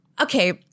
okay